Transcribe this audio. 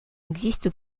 existe